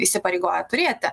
įsipareigoja turėti